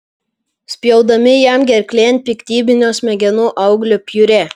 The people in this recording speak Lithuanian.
spjaudami jam gerklėn piktybinio smegenų auglio piurė